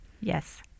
Yes